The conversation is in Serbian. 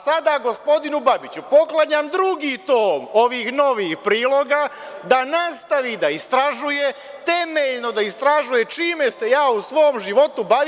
Sada gospodinu Babiću poklanjam drugi tom ovih novih priloga da nastavi da istražuje, temeljno da istražuje čime se ja u svom životu bavim.